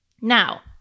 Now